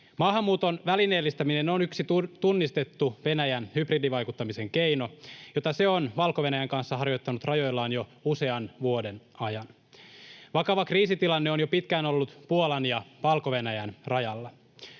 Maahanmuuton välineellistäminen on yksi tunnistettu Venäjän hybridivaikuttamisen keino, jota se on Valko-Venäjän kanssa harjoittanut rajoillaan jo usean vuoden ajan. Vakava kriisitilanne on jo pitkään ollut Puolan ja Valko-Venäjän rajalla.